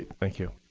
thank you.